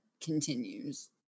continues